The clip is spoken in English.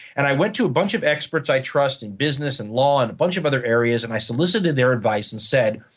and i went to a bunch of experts i trust in business and law and a bunch of other areas, and i solicited their advice. i said,